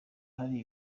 hari